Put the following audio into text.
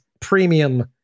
premium